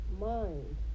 mind